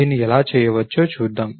దీన్ని ఎలా చేయవచ్చో చూద్దాం